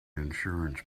insurance